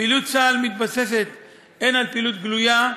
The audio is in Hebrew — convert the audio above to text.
פעילות צה"ל מתבססת הן על פעילות גלויה,